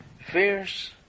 fierce